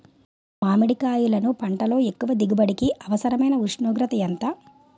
మామిడికాయలును పంటలో ఎక్కువ దిగుబడికి అవసరమైన ఉష్ణోగ్రత ఎంత?